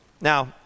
Now